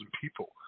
people